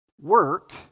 work